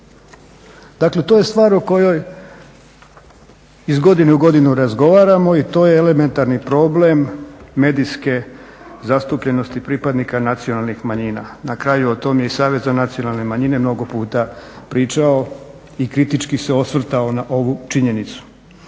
Dakle to je stvar o kojoj iz godine u godinu razgovaramo i to je elementarni problem medijske zastupljenosti pripadnika nacionalnih manjina. Na kraju o tome je i Savez za nacionalne manjine puno puta pričao i kritički se osvrtao na ovu činjenicu.